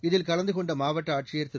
இதில் கலந்து கொண்ட மாவட்ட ஆட்சியர் திரு